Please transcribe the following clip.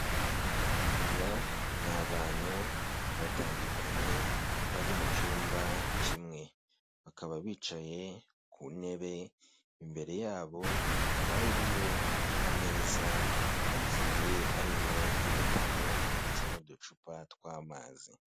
Aba ni abantu batandukanye bari mu cyumba kimwe, bakaba bicaye ku ntebe, imbere y'abo hakaba hariho ameza agiye ariho ibitabo ndetse n'uducupa tw'amazi.